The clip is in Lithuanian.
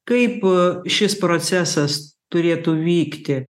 kaip šis procesas turėtų vykti